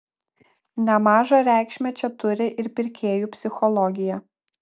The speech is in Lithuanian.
nemažą reikšmę čia turi ir pirkėjų psichologija